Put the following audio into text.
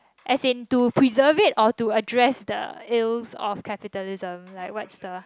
as in to preserve it or to address the ills of capitalism like what's the